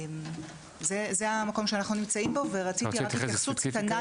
זה המקום שאנחנו נמצאים בו ורציתי רק התייחסות קטנה